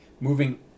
moving